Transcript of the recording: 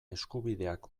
eskubideak